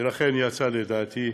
ולכן יצא, לדעתי,